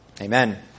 Amen